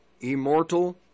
immortal